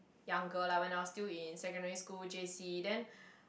younger like when I was still in secondary school J_C then